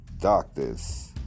doctors